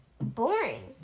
boring